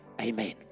Amen